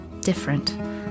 different